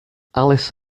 alice